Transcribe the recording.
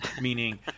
meaning